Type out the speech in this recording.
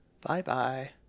Bye-bye